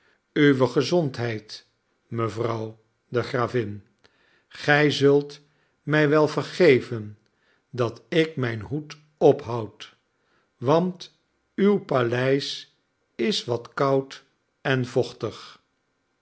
uwe gezondheid mevrouw de gravin gij zult mij wel vergeven dat ik mijn hoed ophoud want uw paleis is wat koud en vochtig